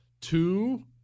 Two